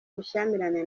bushyamirane